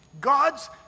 God's